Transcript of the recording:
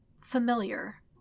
familiar